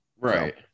Right